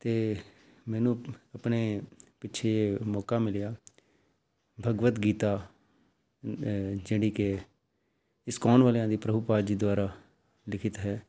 ਅਤੇ ਮੈਨੂੰ ਆਪਣੇ ਪਿੱਛੇ ਜਿਹੇ ਮੌਕਾ ਮਿਲਿਆ ਭਗਵਤ ਗੀਤਾ ਅ ਜਿਹੜੀ ਕਿ ਇਸਕਾਉਣ ਵਾਲਿਆਂ ਦੀ ਪ੍ਰਭੂ ਪਾਦਾ ਜੀ ਦੁਆਰਾ ਲਿਖਿਤ ਹੈ